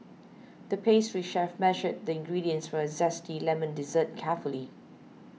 the pastry chef measured the ingredients for a Zesty Lemon Dessert carefully